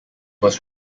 was